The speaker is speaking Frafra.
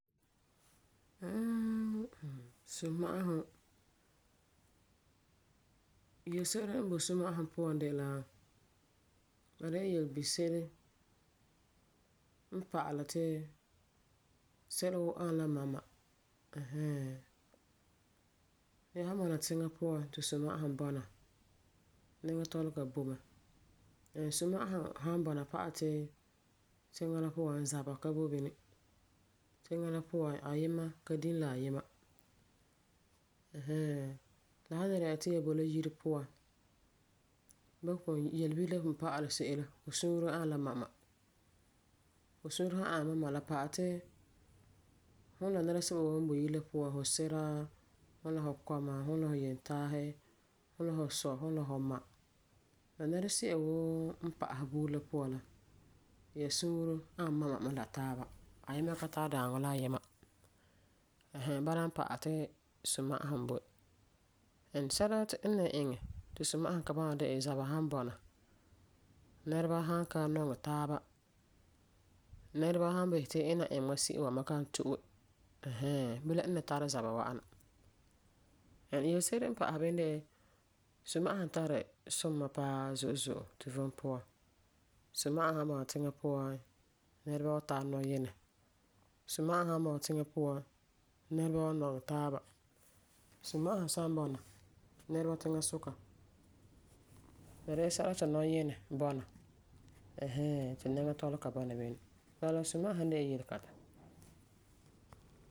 Mmm, Suma'asum, yelese'ere n boi suma'asum puan de la a de la yelebise'ere n pa'alɛ ti sɛla woo ani mama ɛɛn hɛɛn. Ya san bɔna tiŋa puan ti suma'asum bɔna nɛŋa tɔlega boi mɛ. And suma'asum san pa'alɛ ti tiŋa la puan zaba ka boi bini. Tiŋa la puan ayima ka dini la ayima ɛɛn hɛɛn. La san le dɛna ti ya boi la yire puan, ba pugum, yelebire la pugum pa'alɛ se'em la, fu suure ani la mama Fu suure san ana mama la pa'alɛ ti fum la nɛresɛba woo n boi yire la puan. fu sira, fum la fu kɔma fum la fu yentaasi, fum la fu sɔ fum la fu ma la nɛresi'a woo n pa'asɛ buuri la puan la ya sua ani mama la taaba. Ayima ka tari daaŋɔ la ayima. Ɛɛn hɛɛn bala n pa'alɛ ti suma'asum boi. And sɛla n ni iŋɛ ti suma'asum ka bɔna de'e zaba san bɔna, nɛreba san ka nɔŋɛ taaba,. Nɛreba san bisɛ ti ina n iŋɛ mam se'em wa ma kan to'e ɛɛn hɛɛn. Bilam n tari zaba wa'am na. And yelese'ere n pa'asɛ bini de la suma'asum tari sum mɛ paa zo'e zo'e vom puan. Suma'asum san bɔna tiŋa puan nɛreba wan tara nɔyinɛ. Suma'asum san bɔna tiŋa puan nɛreba wan nɔŋɛ taaba. Suma'asum san bɔna nɛreba tiŋasuka la de'e sɛla ti nɔyinɛ bɔna ɛɛn hɛɛn, ti nɛŋa tɔlega bɔna bini Bala la suma'asum de la yelekãtɛ